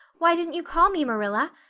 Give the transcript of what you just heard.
why didn't you call me, marilla?